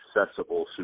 accessible